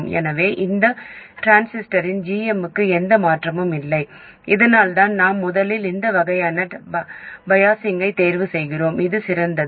எனவே இந்த டிரான்சிஸ்டரின் gm க்கு எந்த மாற்றமும் இல்லை அதனால்தான் நாம் முதலில் இந்த வகையான பயாஸிங்கைத் தேர்வு செய்கிறோம் அது சிறந்தது